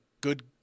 good